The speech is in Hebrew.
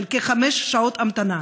של כחמש שעות המתנה.